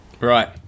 Right